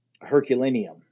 Herculaneum